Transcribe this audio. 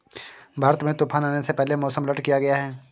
भारत में तूफान आने से पहले मौसम अलर्ट किया गया है